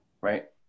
Right